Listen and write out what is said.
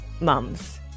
mums